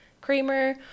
creamer